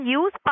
use